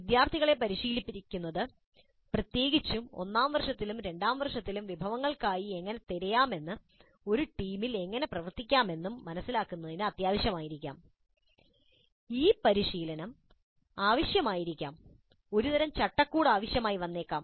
വിദ്യാർത്ഥികളെ പരിശീലിപ്പിക്കുന്നത് ഞങ്ങൾ സൂചിപ്പിച്ചതുപോലെ പ്രത്യേകിച്ച് ഒന്നാം വർഷത്തിലും രണ്ടാം വർഷത്തിലും വിഭവങ്ങൾക്കായി എങ്ങനെ തിരയാമെന്നും ഒരു ടീമിൽ എങ്ങനെ പ്രവർത്തിക്കാമെന്നും മനസിലാക്കുന്നതിന് അത്യാവശ്യമായിരിക്കാം ഈ പരിശീലനം ആവശ്യമായിരിക്കാം ഒരുതരം ചട്ടക്കൂട് ആവശ്യമായി വന്നേക്കാം